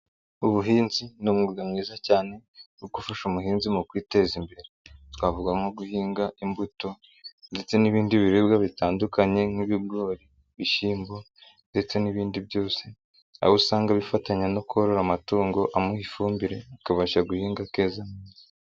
Ubuhinzi ni umwuga mwiza cyane wo gufasha umuhinzi mu kwiteza imbere, twavuga nko guhinga imbuto ndetse n'ibindi biribwa bitandukanye nk'ibigori, ibishyimbo ndetse n'ibindi byose, aho usanga bifatanya no korora amatungo amuha ifumbire akabasha guhinga akeza.